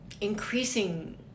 increasing